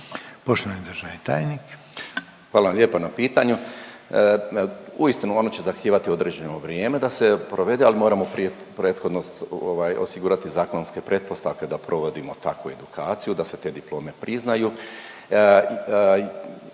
Zdravko** Hvala vam lijepa na pitanju. Uistinu, ono će zahtijevati određeno vrijeme da se provede, ali moramo prethodno, ovaj, osigurati zakonske pretpostavke da provodimo takvu edukaciju, da se te diplome priznaju,